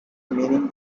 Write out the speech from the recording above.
meaning